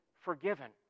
forgiven